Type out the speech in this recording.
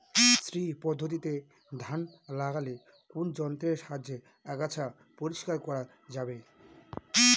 শ্রী পদ্ধতিতে ধান লাগালে কোন যন্ত্রের সাহায্যে আগাছা পরিষ্কার করা যাবে?